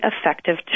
effective